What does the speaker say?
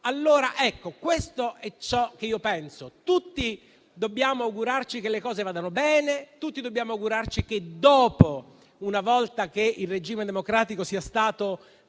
a votare. Questo è ciò che io penso. Tutti dobbiamo augurarci che le cose vadano bene; tutti dobbiamo augurarci che, una volta che il regime democratico sia ritornato